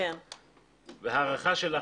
בהערכה שלך,